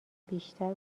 بیشتر